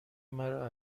مرا